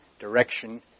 Direction